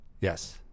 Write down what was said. Yes